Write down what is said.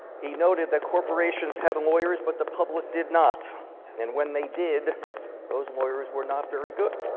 he noted that corporations had and lawyers, but the public did not and when they did those lawyers were not very good.